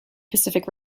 pacific